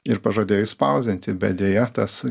ir pažadėjo išspausdinti bet deja tas